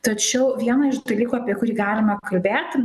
tačiau vieną iš dalykų apie kurį galima kalbėt